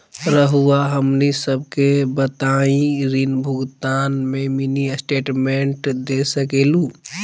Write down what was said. रहुआ हमनी सबके बताइं ऋण भुगतान में मिनी स्टेटमेंट दे सकेलू?